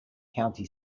county